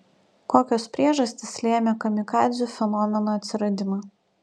kokios priežastys lėmė kamikadzių fenomeno atsiradimą